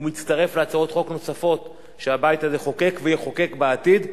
ומצטרף להצעות חוק נוספות שהבית הזה חוקק ויחוקק בעתיד.